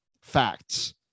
facts